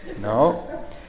no